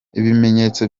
ibimenyetso